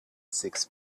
six